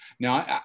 Now